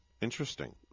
Interesting